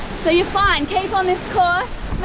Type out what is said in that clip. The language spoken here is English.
so you're fine, keep on this course.